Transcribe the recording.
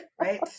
right